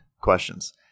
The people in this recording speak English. questions